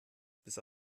bis